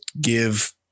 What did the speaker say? give